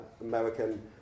American